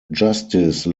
justice